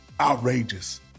outrageous